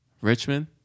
Richmond